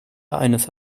eines